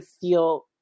feel